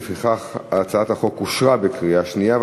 לפיכך, הצעת החוק אושרה בקריאה שנייה.